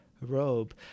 Robe